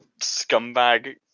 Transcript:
scumbag